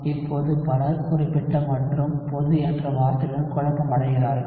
இப்போது பலர் குறிப்பிட்ட மற்றும் பொது என்ற வார்த்தையுடன் குழப்பமடைகிறார்கள்